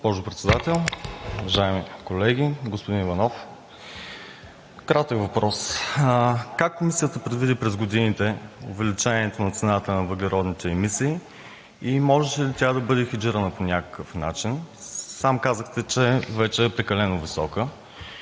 Госпожо Председател, уважаеми колеги! Господин Иванов, кратък въпрос. Как Комисията предвиди през годините увеличението на цената на въглеродните емисии и можеше ли тя да бъде хеджирана по някакъв начин? Сам казахте, че вече е прекалено висока.